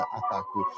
ataku